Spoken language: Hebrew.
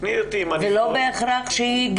תקני אותי אם אני טועה.